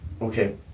okay